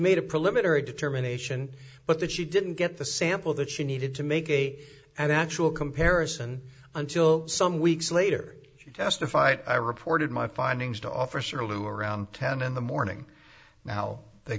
made a preliminary determination but that she didn't get the sample that she needed to make a actual comparison until some weeks later she testified i reported my findings to officer lou around ten in the morning now they